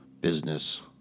business